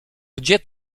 gdzie